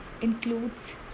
includes